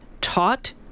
taught